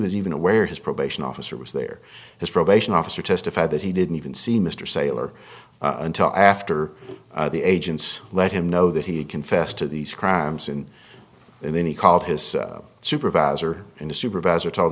was even aware his probation officer was there his probation officer testified that he didn't even see mr saylor until after the agents let him know that he confessed to these crimes and then he called his supervisor and a supervisor told